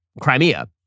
Crimea